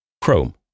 Chrome